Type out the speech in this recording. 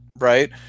right